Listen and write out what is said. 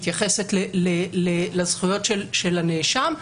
מתייחסת לזכויות של הנאשם,